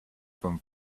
from